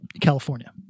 California